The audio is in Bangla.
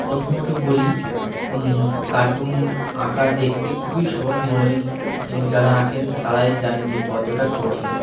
প্রথমত বলি কার্টুন আঁকা দেখতে খুবই সহজ মনে হয় কিন্তু যারা আঁকেন তারাই জানে যে কতটা কঠিন